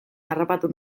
harrapatu